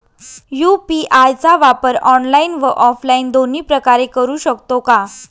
UPI चा वापर online व ऑफलाईन दोन्ही प्रकारे करु शकतो का?